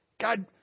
God